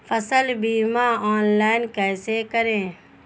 फसल बीमा ऑनलाइन कैसे करें?